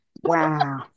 Wow